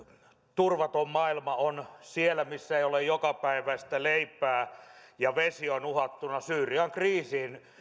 turvaton maailma on siellä missä ei ole jokapäiväistä leipää ja vesi on uhattuna syyrian kriisiin